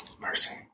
mercy